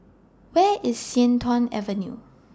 Where IS Sian Tuan Avenue